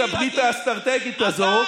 הגיע הזמן שתבינו שאיראן וגרורותיה,